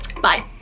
Bye